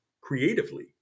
creatively